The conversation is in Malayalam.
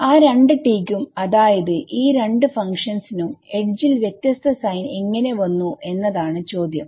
ആ രണ്ട് Tക്കും അതായത് ഈ രണ്ട് ഫങ്ക്ഷൻസ് ഉം tനും എഡ്ജിൽ വ്യത്യസ്ത സൈൻ എങ്ങനെ വന്നു എന്നതാണ് ചോദ്യം